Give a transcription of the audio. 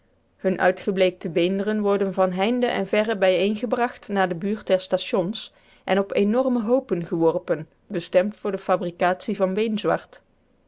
hunne uitgebleekte beenderen worden van heinde en ver bijeengebracht naar de buurt der stations en op enorme hoopen geworpen bestemd voor de fabricatie van beenzwart